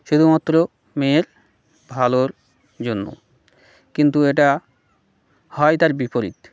শুধুমাত্র মেয়ের ভালোর জন্য কিন্তু এটা হয় তার বিপরীত